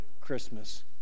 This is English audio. Christmas